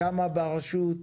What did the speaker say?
כמה ברשות,